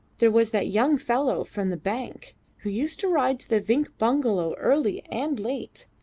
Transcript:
there was that young fellow from the bank who used to ride to the vinck bungalow early and late.